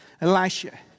Elisha